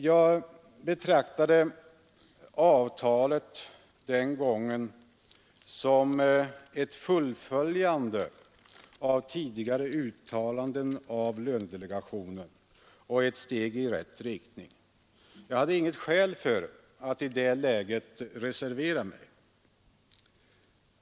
Jag betraktade avtalet den gången som ett fullföljande av tidigare uttalanden av lönedelegationen och ett steg i rätt riktning. Jag hade inget skäl för att i det läget reservera mig.